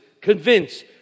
Convince